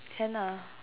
can nah